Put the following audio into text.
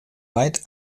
weit